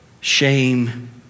Shame